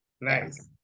Nice